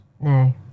No